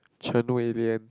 A_D_M